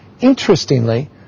Interestingly